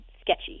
sketchy